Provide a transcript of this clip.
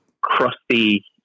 crusty